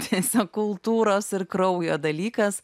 tiesiog kultūros ir kraujo dalykas